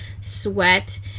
sweat